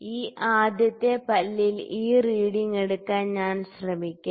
ഈ ആദ്യത്തെ പല്ലിൽ ഈ റീഡിങ് എടുക്കാൻ ഞാൻ ശ്രമിക്കാം